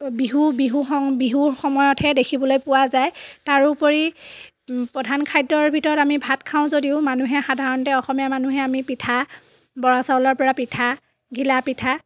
Bihu Bihu song বিহুৰ সময়তহে দেখিবলৈ পোৱা যায় তাৰোপৰি প্ৰধান খাদ্যৰ ভিতৰত আমি ভাত খাওঁ যদিও মানুহে সাধাৰণতে অসমীয়া মানুহে আমি পিঠা বৰা চাউলৰ পৰা পিঠা ঘিলা পিঠা